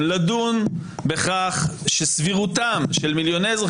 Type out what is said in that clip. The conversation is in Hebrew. לדון בכך שסבירותם של מיליוני אזרחים